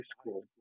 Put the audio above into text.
school